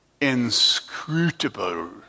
inscrutable